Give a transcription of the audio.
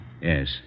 Yes